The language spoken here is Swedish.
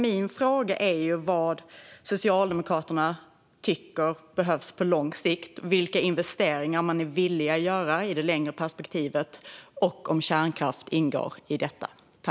Min fråga är därför vad Socialdemokraterna tycker behövs på lång sikt, vilka investeringar man är villig att göra i det längre perspektivet och om kärnkraft ingår i detta.